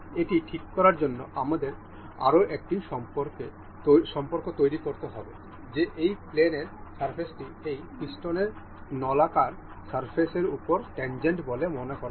এটি ঠিক করার জন্য আমাদের আরও একটি সম্পর্ক তৈরি করতে হবে যে এই পিনের সারফেস টি এই পিস্টনের নলাকার সারফেসের উপর ট্যান্জেন্ট বলে মনে করা হয়